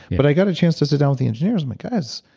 but i got a chance to sit down with the engineers and, guys.